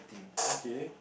okay